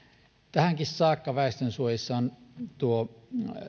tähänkin saakka väestönsuojissa on tuo